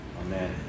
Amen